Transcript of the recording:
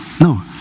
no